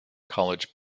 college